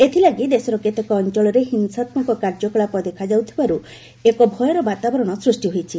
ଏଥିଲାଗି ଦେଶର କେତେକ ଅଞ୍ଚଳରେ ହିଂସାତ୍ମକ କାର୍ଯ୍ୟକଳାପ ଦେଖାଯାଇଥିବାରୁ ଏକ ଭୟର ବାତାବରଣ ସୃଷ୍ଟି ହୋଇଛି